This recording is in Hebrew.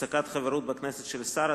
(הפסקת חברות בכנסת של שר),